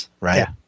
Right